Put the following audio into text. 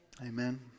Amen